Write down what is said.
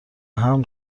حمل